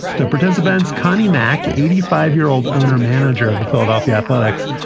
the participants, connie mack, eighty five year old owner, manager of the philadelphia athletics,